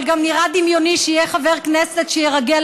אבל גם נראה דמיוני שיהיה חבר כנסת שירגל